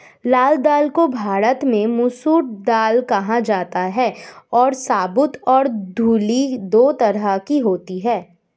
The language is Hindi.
लाल दाल को भारत में मसूर दाल कहा जाता है और साबूत और धुली दो तरह की होती है